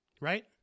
Right